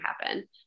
happen